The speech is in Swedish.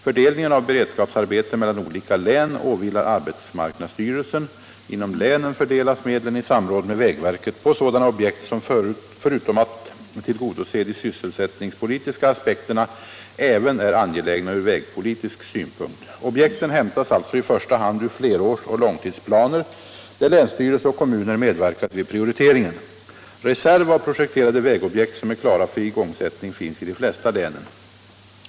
Fördelningen av beredskapsarbete mellan olika län åvilar arbetsmarknadsstyrelsen. Inom länen fördelas medlen i samråd med vägverket på sådana objekt som förutom att de tillgodoser de sysselsättningspolitiska aspekterna även är angelägna ur vägpolitisk synpunkt. Objekten hämtas alltså i första hand ur flerårsoch långtidsplaner, där länsstyrelse och kommuner medverkat vid prioriteringen. Reserv av projekterade vägobjekt som är klara för igångsättning finns i de flesta länen.